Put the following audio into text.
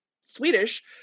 Swedish